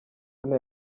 hano